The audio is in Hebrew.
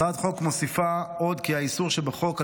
הצעת החוק מוסיפה כי האיסור שבחוק על